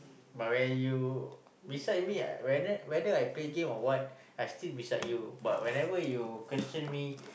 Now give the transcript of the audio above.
but when you beside me I whether whether I play game or what I still beside you but whenever you question me